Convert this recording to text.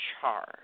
charge